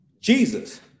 Jesus